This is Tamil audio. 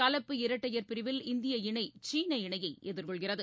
கலப்பு இரட்டையர் பிரிவில் இந்திய இணைசீன இணையைஎதிர்கொள்கிறது